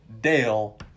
Dale